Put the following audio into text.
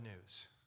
news